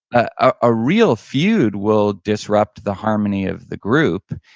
a real feud will disrupt the harmony of the group,